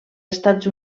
estats